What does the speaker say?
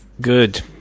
Good